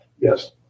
Yes